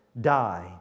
die